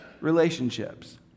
relationships